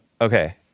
Okay